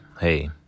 hey